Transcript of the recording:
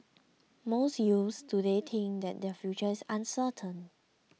most youths today think that their future is uncertain